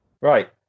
Right